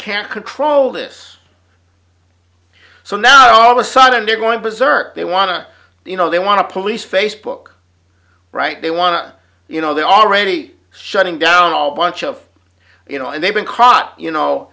can't control this so now all of a sudden they're going bizerk they want to you know they want to police facebook right they want to you know they already shutting down all bunch of you know and they've been caught you know